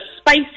spicy